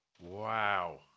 Wow